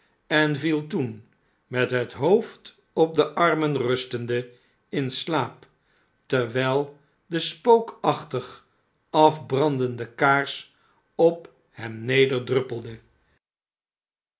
en viel toen met het hoofd op de armen rustende in slaap terwijl de spookachtig afbrandende kaars op hemnederdruppelde